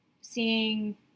seeing